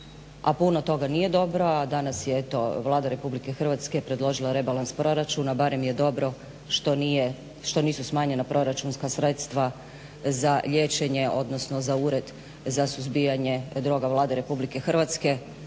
puno toga nije dobro. A danas je eto Vlada RH predložila rebalans proračuna. Barem je dobro što nisu smanjena proračunska sredstva za liječenje, odnosno za ured za suzbijanje droga Vlade RH, pa barem